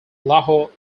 lahore